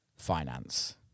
finance